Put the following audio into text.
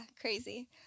crazy